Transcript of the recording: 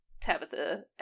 Tabitha